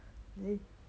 eh